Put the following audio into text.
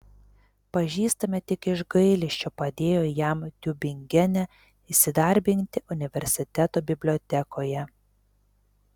pažįstami tik iš gailesčio padėjo jam tiubingene įsidarbinti universiteto bibliotekoje